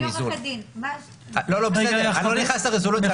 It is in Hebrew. אני עורכת דין --- אני לא נכנס לרזולוציה,